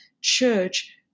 church